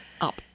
Up